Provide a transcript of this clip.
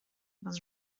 was